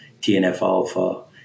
TNF-alpha